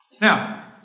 Now